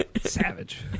savage